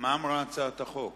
מה אמרה הצעת החוק?